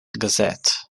gazette